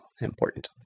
important